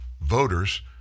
voters